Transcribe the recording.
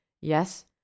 yes